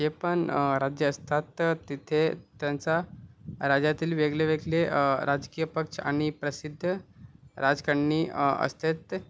जे पण राज्यं असतात तर तिथे त्यांचा राज्यातील वेगळे वेगळे राजकीय पक्ष आणि प्रसिद्ध राजकारणी असतात